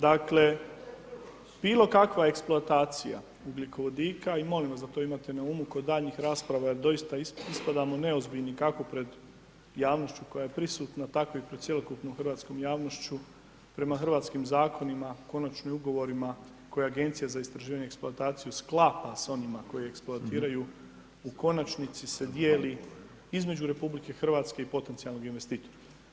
Dakle, bilo kakva eksploatacija ugljikovodika i molim vas da to imate na umu kod daljnjih rasprava jer doista ispadamo neozbiljni, kako pred javnošću koja je prisutna, tako i pred cjelokupnom hrvatskom javnošću, prema hrvatskim zakonima, konačnim ugovorima koje Agencija za istraživanje i eksploataciju sklapa s onima koji eksploatiraju, u konačnici se dijeli između RH i potencijalnog investitora.